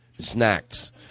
snacks